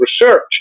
research